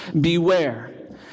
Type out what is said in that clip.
beware